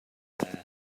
there